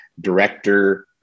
director